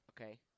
okay